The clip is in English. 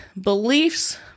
beliefs